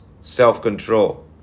Self-control